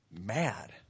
mad